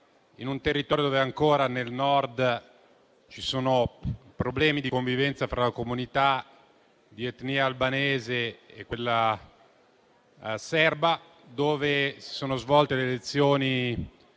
in un territorio dove ancora, nel Nord, ci sono problemi di convivenza fra la comunità di etnia albanese e quella serba e dove si sono svolte le elezioni